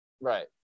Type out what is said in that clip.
right